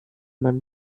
man